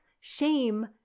shame